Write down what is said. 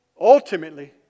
ultimately